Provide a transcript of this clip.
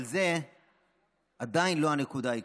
אבל זו עדיין לא הנקודה העיקרית.